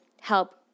help